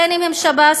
בין שהם שב"כ,